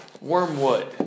Wormwood